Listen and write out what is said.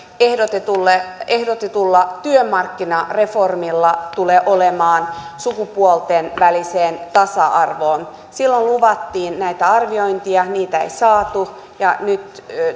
ehdotetulla työmarkkinareformilla tulee olemaan sukupuolten väliseen tasa arvoon silloin luvattiin näitä arviointeja niitä ei saatu ja nyt